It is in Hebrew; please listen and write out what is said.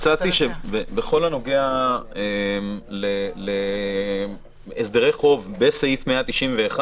הצעתי שבכל הנוגע להסדרי חוב בסעיף 191,